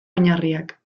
oinarriak